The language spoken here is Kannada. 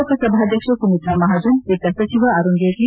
ಲೋಕಸಭಾಧ್ಯಕ್ಷೆ ಸುಮಿತ್ರಾ ಮಹಾಜನ್ ವಿತ್ತ ಸಚಿವ ಅರುಣ್ ಜೇಟ್ಲ